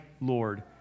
Lord